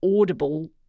audible